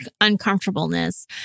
uncomfortableness